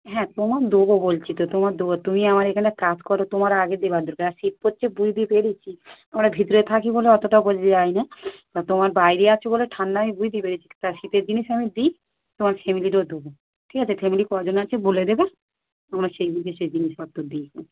হ্যাঁ তোমার দেবো বলছি তো তোমার দেবো তুমি আমার এখানে কাজ করো তোমারে আগে দেবার দরকার আর শীত করছে বুঝতে পেরেছি আমরা ভিতরে থাকি বলে অতোটা বোঝা যায় না আর তোমরা বাইরে আছো বলে ঠান্ডায় আমি বুঝতে পেরেছি তা শীতের দিনের সময়ে দিই তোমার ফ্যামিলিরেও দেবো ঠিক আছে ফ্যামিলির কজন আছে বলে দেবে আমরা সেই বুঝে সেই জিনিসপত্র দিয়ে দেবো